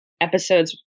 episodes